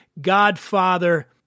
Godfather